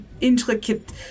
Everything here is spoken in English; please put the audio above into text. intricate